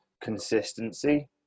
consistency